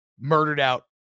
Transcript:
murdered-out